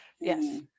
Yes